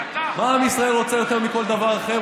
מה עם ישראל רוצה יותר מכל דבר אחר?